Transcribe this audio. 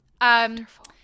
Wonderful